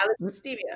Stevia